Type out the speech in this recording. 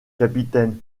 capitaine